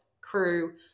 crew